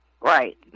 right